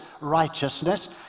righteousness